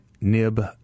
Nib